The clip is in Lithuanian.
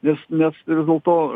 nes nes vis dėlto